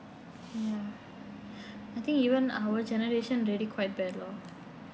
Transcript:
ya I think even our generation already quite bad loh